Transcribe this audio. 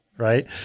right